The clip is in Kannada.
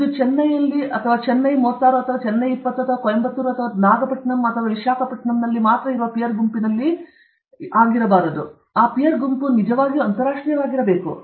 ಇದು ಚೆನ್ನೈ 36 ಅಥವಾ ಚೆನ್ನೈ 20 ಅಥವಾ ಕೊಯಮತ್ತೂರು ಅಥವಾ ನಾಗಪಟ್ಟಣಂ ಅಥವಾ ವಿಶಾಖಪಟ್ಟಣಂನಲ್ಲಿ ಮಾತ್ರ ಅಥವಾ ಪೀರ್ ಗುಂಪಿನಲ್ಲಿ ಇರಬಾರದು ಆ ಪೀರ್ ಗುಂಪು ನಿಜವಾಗಿಯೂ ಅಂತರರಾಷ್ಟ್ರೀಯವಾಗಿರಬೇಕು